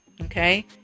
okay